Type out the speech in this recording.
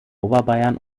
oberbayern